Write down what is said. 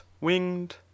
winged